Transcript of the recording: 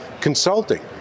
consulting